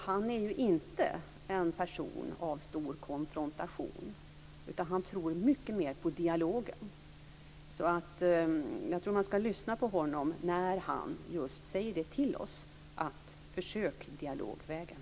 Han är ju inte en person som är för stora konfrontationer, utan han tror mycket mer på dialogen. Så jag tror att vi skall lyssna på honom när han just säger till oss att försöka dialogvägen.